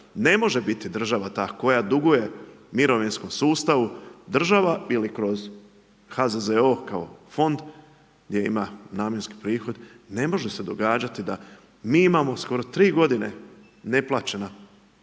ne može biti država ta koja duguje mirovinskom sustavu, država ili kao kroz HZZO, kao fond, gdje ima namjenski prihod, ne može se događati da mi imamo skoro 3 g. neplaćena